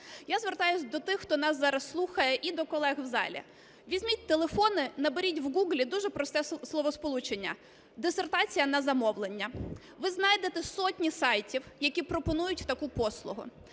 Я звертаюсь до тих, хто нас зараз слухає, і до колег в залі. Візьміть телефони, наберіть в гуглі дуже просте словосполучення: дисертація на замовлення. Ви знайдете сотні сайтів, які пропонують таку послугу.